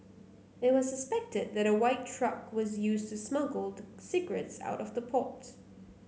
it was suspected that a white truck was used to smuggle the cigarettes out of the port